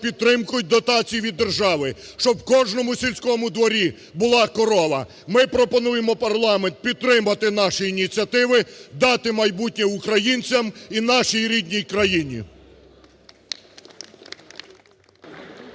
підтримку і дотації від держави, щоб в кожному сільському дворі була корова. Ми пропонуємо парламенту підтримати наші ініціативи, дати майбутнє українцям і нашій рідній країні.